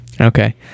okay